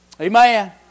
Amen